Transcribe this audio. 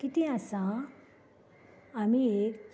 कितें आसा आमी एक